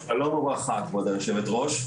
שלום וברכה כבוד היו"ר,